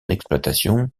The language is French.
exploitation